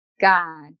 God